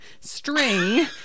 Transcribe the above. string